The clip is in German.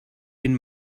den